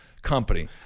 company